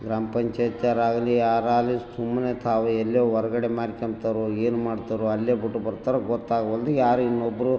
ಗ್ರಾಮ ಪಂಚಾಯತಿಯವ್ರಾಗ್ಲಿ ಯಾರಾಗಲಿ ಸುಮ್ಮನೆ ತಾವು ಎಲ್ಲಿ ಹೊರಗಡೆ ಮಾಡ್ಕೊಂತಾರೊ ಏನು ಮಾಡ್ತಾರೋ ಅಲ್ಲೇ ಬಿಟ್ಟು ಬರ್ತಾರೊ ಗೊತ್ತಾಗವಲ್ದು ಯಾರೋ ಇನ್ನೊಬ್ಬರು